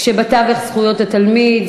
כשבתווך זכויות התלמיד,